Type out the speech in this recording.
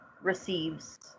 receives